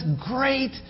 great